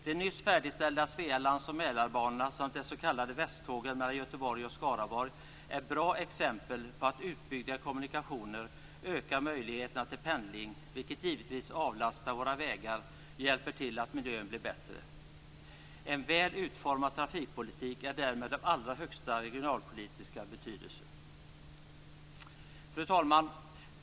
De nyss färdigställda Svealands och Mälarbanorna samt de s.k. västtågen mellan Göteborg och Skaraborg är bra exempel på att utbyggda kommunikationer ökar möjligheterna till pendling, vilket givetvis avlastar våra vägar och hjälper till så att miljön blir bättre. En väl utformad trafikpolitik är därmed av allra högsta regionalpolitiska betydelse. Fru talman!